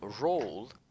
role